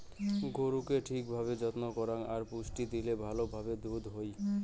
গরুকে ঠিক ভাবে যত্ন করাং আর পুষ্টি দিলে ভালো ভাবে দুধ হই